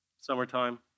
Summertime